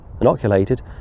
inoculated